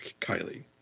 Kylie